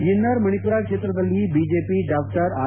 inner Manipur ಕ್ಷೇತ್ರದಲ್ಲಿ BJP ಡಾ R